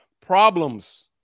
problems